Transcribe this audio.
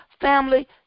Family